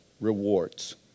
rewards